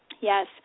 Yes